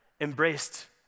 embraced